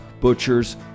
butchers